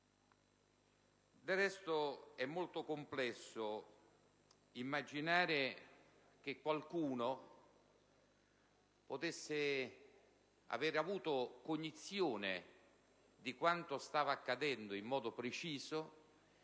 Del resto, è molto complesso immaginare che qualcuno potesse aver avuto cognizione di quanto stava accadendo in modo preciso